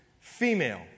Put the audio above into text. female